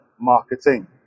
marketing